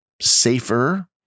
safer